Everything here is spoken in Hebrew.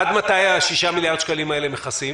עד מתי ה-6 מיליארד שקלים האלה מכסים?